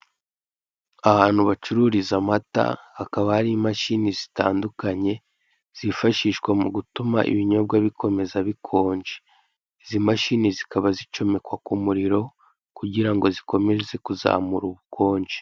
Ahantu bacururiza amata hakaba hari imashini zitandukanye zifashishwa mu gutuma ibinyobwa bikomeza bikonje. Izi mashini zikaba zicomekwa k'umuriro kuzamura ubukonje.